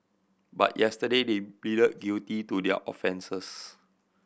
but yesterday they pleaded guilty to their offences